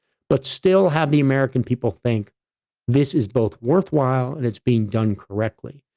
but still have the american people think this is both worthwhile, and it's being done correctly.